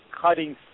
cutting